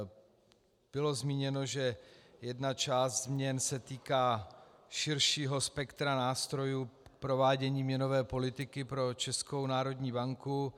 Bylo zmíněno, že jedna část změn se týká širšího spektra nástrojů k provádění měnové politiky pro Českou národní banku.